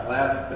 Last